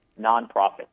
nonprofit